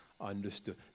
understood